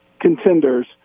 contenders